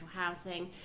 housing